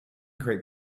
create